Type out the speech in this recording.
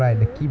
mm hmm